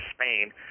Spain